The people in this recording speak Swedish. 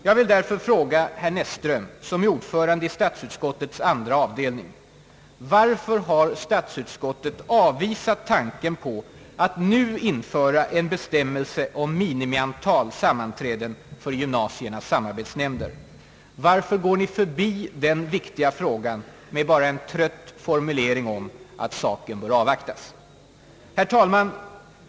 Jag vill därför fråga herr Näsström, som är ordförande i statsutskottets andra avdelning: Varför har statsutskottet avvisat tanken på att nu införa en bestämmelse om minimiantal sammanträden för gymnasiernas samarbetsnämnder? Varför går ni förbi den viktiga frågan med endast en trött formulering om att saken bör avvaktas? Herr talman!